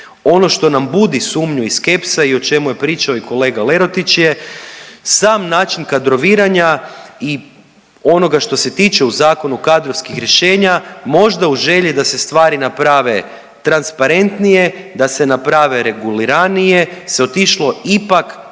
Ono što nam budi sumnju i skepsa i o čemu je pričao i kolega Lerotić je sam način kadroviranja i onoga što se tiče u zakonu, kadrovskih rješenja, možda u želji da se stvari naprave transparentnije, da se naprave reguliranije, se otišlo ipak